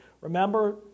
Remember